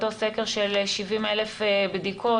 אותו סקר של 70,000 בדיקות,